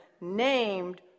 named